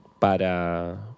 Para